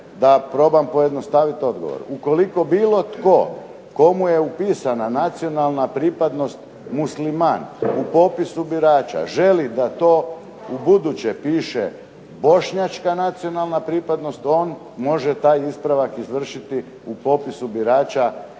da probam pojednostaviti odgovor. Ukoliko bilo tko kome je upisana nacionalna pripadnost Musliman u popisu birača želi da to u buduće piše bošnjačka nacionalna pripadnost on može taj ispravak izvršiti u popisu birača,